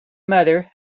mother